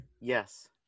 Yes